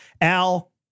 Al